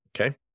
okay